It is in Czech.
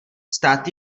stát